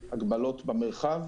הגבלות במרחב.